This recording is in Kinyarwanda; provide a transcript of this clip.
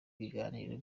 ibiganiro